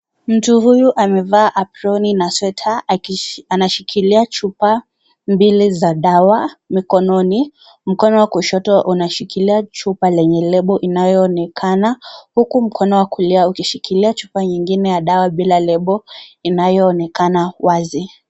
Mtu huyu amevaa aproni na sweta. Anashikilia chupa mbili za dawa mikononi. Mkono wa kushoto unashikilia chupa lenye lebo inayoonekana huku mkono wa kulia ukishikilia chupa nyingine ya dawa la lebo inayoonekana wazi.